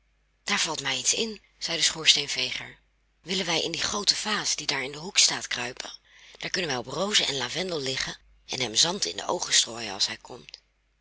daar valt mij iets in zei de schoorsteenveger willen wij in die groote vaas die daar in den hoek staat kruipen daar kunnen wij op rozen en lavendel liggen en hem zand in de oogen strooien als hij komt